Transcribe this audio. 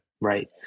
right